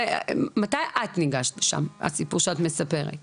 מתי את ניגשת לשם, הסיפור שאת מספרת?